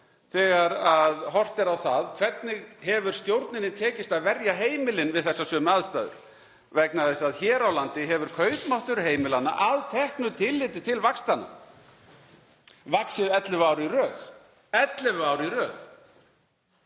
þegar horft er á það hvernig stjórninni hefur tekist að verja heimilin við þessar sömu aðstæður, vegna þess að hér á landi hefur kaupmáttur heimilanna, að teknu tilliti til vaxtanna, vaxið 11 ár í röð.